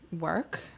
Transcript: work